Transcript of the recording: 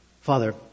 Father